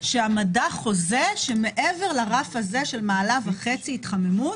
שהמדע חוזה שמעבר לרף הזה, של 1.5 מעלות התחממות,